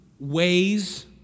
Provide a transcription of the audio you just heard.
ways